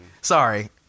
sorry